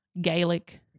Gaelic